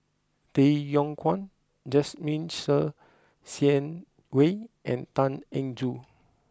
Tay Yong Kwang Jasmine Ser Xiang Wei and Tan Eng Joo